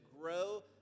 grow